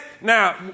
Now